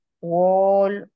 wall